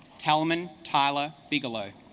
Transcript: talman tyler bigelow